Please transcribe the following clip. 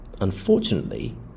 Unfortunately